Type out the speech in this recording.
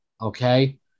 okay